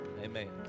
Amen